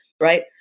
right